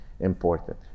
important